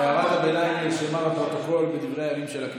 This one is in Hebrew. הערת הביניים נרשמה בפרוטוקול בדברי הימים של הכנסת,